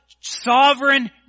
sovereign